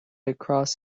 across